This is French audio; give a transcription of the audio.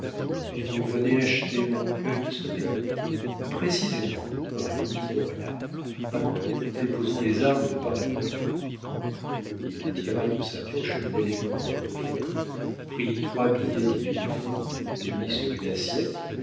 vous venez acheter mon recueil de sonnets précisément répondit dauriat avant tout déposons les armes de part et d'autre il tira de sa poche un élégant portefeuille prit trois billets de mille francs les mit sur une assiette